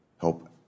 help